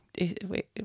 Wait